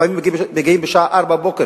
לפעמים מגיעים בשעה 04:00,